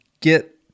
get